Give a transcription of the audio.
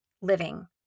living